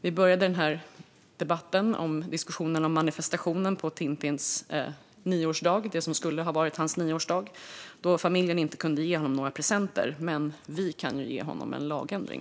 Vi började den här debatten om diskussionen om manifestationen på det som skulle ha varit Tintins nioårsdag, då familjen inte kunde ge honom några presenter. Men vi kan ju ge honom en lagändring.